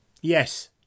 Yes